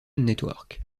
network